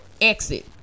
exit